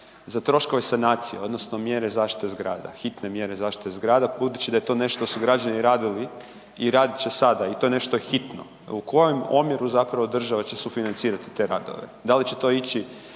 za troškove sanacije odnosno mjere zaštite zgrada, hitne mjere zaštite zgrada budući da je to nešto što su građani radili i radit će sada i to je nešto što je hitno, u kojem omjeru će država sufinancirati te radove? Da li će to ići